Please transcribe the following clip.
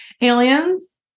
aliens